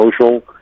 social